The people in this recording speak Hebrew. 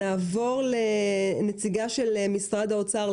נעבור לנציגה של משרד האוצר,